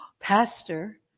Pastor